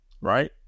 right